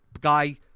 guy